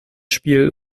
spiel